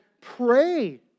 pray